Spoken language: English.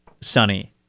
sunny